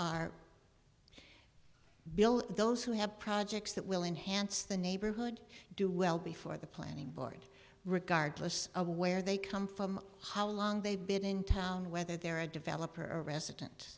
are below those who have projects that will enhance the neighborhood do well before the planning board regardless of where they come from how long they've been in town whether they're a developer or a resident